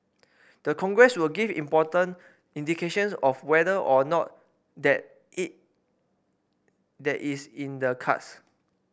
the Congress will give important indications of whether or not that is that is in the cards